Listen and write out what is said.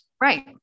Right